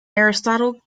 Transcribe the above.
aristotle